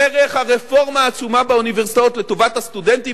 דרך הרפורמה העצומה באוניברסיטאות לטובת הסטודנטים,